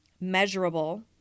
Measurable